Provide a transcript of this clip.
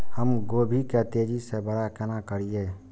हम गोभी के तेजी से बड़ा केना करिए?